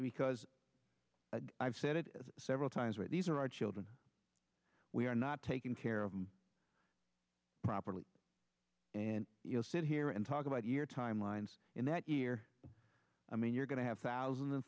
because i've said it several times but these are our children we're not taking care of them properly and you know sit here and talk about your timelines in that year i mean you're going to have thousands and